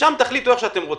ומשם תחליטו איך שאתם רוצים.